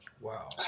Wow